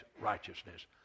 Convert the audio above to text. righteousness